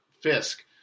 Fisk